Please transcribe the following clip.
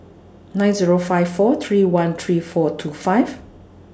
nine Zero five four three one three four two five